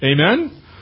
Amen